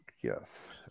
Yes